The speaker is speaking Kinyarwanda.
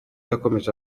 yakomeje